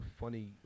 funny